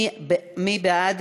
מי בעד?